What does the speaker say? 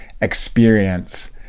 experience